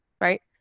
right